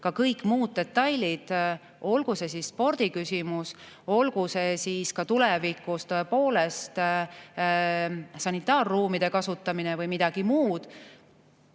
ka kõik muud detailid, olgu see spordiküsimus, olgu see ka tulevikus sanitaarruumide kasutamine või midagi muud